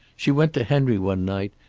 she went to henry one night,